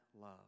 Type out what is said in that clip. love